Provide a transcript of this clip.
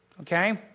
Okay